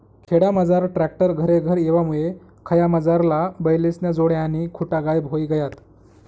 खेडामझार ट्रॅक्टर घरेघर येवामुये खयामझारला बैलेस्न्या जोड्या आणि खुटा गायब व्हयी गयात